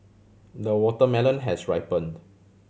the watermelon has ripened